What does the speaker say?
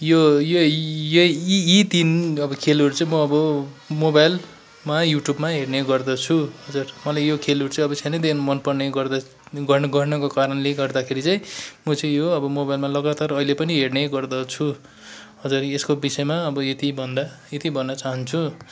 यो यही यी यी यी तिन अब खेलहरू चाहिँ म अब मोबाइल मा युटुबमा हेर्ने गर्दछु हजुर मलाई अनि यो खेलहरू चाहिँ अब सानैदेखि मनपर्ने गर्न गर्नको कारणले गर्दाखेरि चाहिँ म चाहिँ यो अब मोबाइलमा लगातार अहिले पनि हेर्ने गर्दछु हजुर यसको विषयमा अब यति भन्दा यति भन्न चाहन्छु